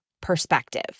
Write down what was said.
perspective